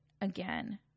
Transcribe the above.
again